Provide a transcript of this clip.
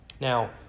Now